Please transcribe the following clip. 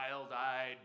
wild-eyed